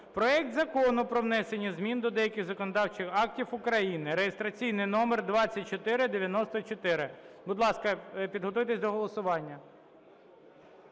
проект Закону про внесення змін до деяких законодавчих актів України, (реєстраційний номер 2494). Будь ласка, підготуйтесь до голосування.